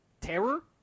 Terror